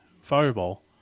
fireball